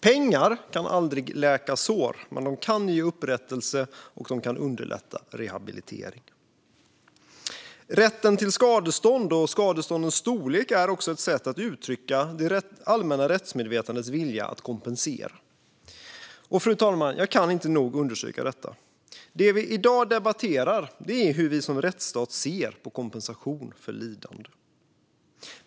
Pengar kan aldrig läka sår, men de kan ge upprättelse och underlätta rehabilitering. Rätten till skadestånd och skadeståndens storlek är också ett sätt att uttrycka det allmänna rättsmedvetandets vilja att kompensera. Jag kan inte nog understryka detta, fru talman. Det vi i dag debatterar är hur vi som rättsstat ser på kompensation för lidande.